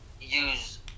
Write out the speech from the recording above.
use